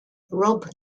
robb